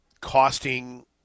costing